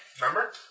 Remember